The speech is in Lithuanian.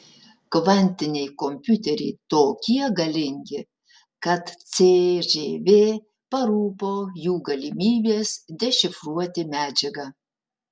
kvantiniai kompiuteriai tokie galingi kad cžv parūpo jų galimybės dešifruoti medžiagą